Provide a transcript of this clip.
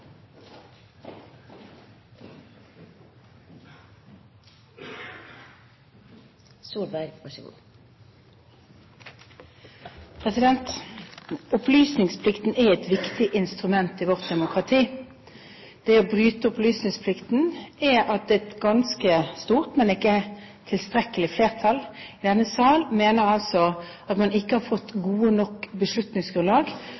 et viktig instrument i vårt demokrati. Det å bryte opplysningsplikten betyr at et ganske stort – men ikke tilstrekkelig – flertall i denne sal mener at man ikke har fått